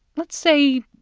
let's say,